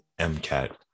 MCAT